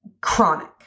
chronic